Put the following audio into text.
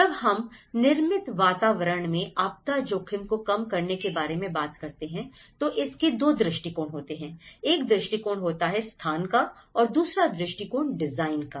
जब हम निर्मित वातावरण में आपदा जोखिमों को कम करने के बारे में बात करते हैं तो इसके 2 दृष्टिकोण होते हैं एक दृष्टिकोण होता है स्थान का और दूसरा दृष्टिकोण डिजाइन का